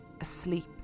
asleep